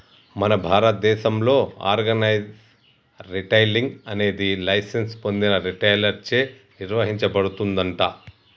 మన భారతదేసంలో organise retailing అనేది లైసెన్స్ పొందిన రిటైలర్ చే నిర్వచించబడుతుందంట